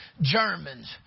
Germans